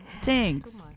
thanks